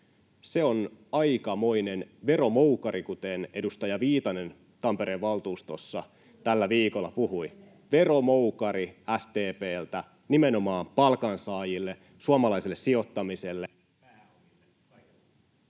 Se on aikamoinen veromoukari, kuten edustaja Viitanen Tampereen valtuustossa tällä viikolla puhui, [Pia Viitasen välihuuto] veromoukari SDP:ltä nimenomaan palkansaajille, suomalaiselle sijoittamiselle…